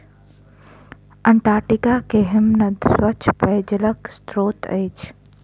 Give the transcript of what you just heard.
Antarctica के हिमनद स्वच्छ पेयजलक स्त्रोत अछि